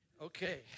Okay